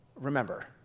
remember